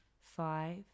five